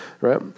right